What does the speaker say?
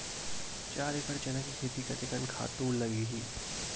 चार एकड़ चना के खेती कतेकन खातु लगही?